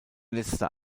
letzter